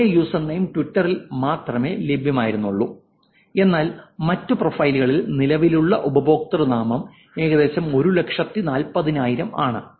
പഴയ യൂസർനെയിം ട്വിറ്ററിൽ മാത്രമേ ലഭ്യമായിരുന്നുള്ളൂ എന്നാൽ മറ്റ് പ്രൊഫൈലുകളിൽ നിലവിലുള്ള ഉപയോക്തൃനാമങ്ങൾ ഏകദേശം 140000 ആണ്